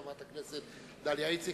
חברת הכנסת דליה איציק.